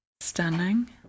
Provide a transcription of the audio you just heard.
Stunning